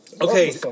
Okay